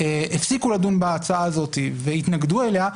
הפסיקו לדון בהצעה הזאת והתנגדו אליה,